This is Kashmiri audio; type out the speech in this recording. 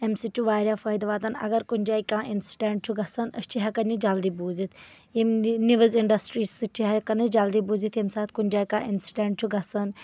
اَمہِ سۭتۍ چُھ واریاہ فٲیٚدٕ واتان اَگر کُنہِ جایہِ کانٛہہ اِنسِڈنٛٹ چُھ گژھان أسۍ چھِ ہیٚکان یہِ جلدی بوٗزِتھ ییٚمہِ نِوز اِنٛڈسٹری سۭتۍ چھِ ہٮ۪کان أسۍ جلدی بوٗزِتھ ییٚمہِ ساتہٕ کُنہِ جاے کانٛہہ اِنسڈنٛٹ چُھ گژھان